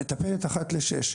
מטפלת אחת לשש,